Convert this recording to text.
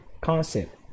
concept